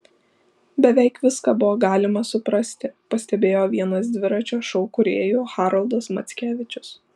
beveik viską buvo galima suprasti pastebėjo vienas dviračio šou kūrėjų haroldas mackevičius